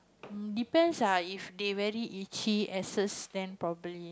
um depends lah if they very itchy ask them stand properly